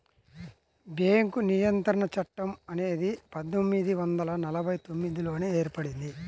bank నియంత్రణ చట్టం అనేది పందొమ్మిది వందల నలభై తొమ్మిదిలోనే ఏర్పడింది